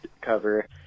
cover